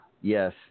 Yes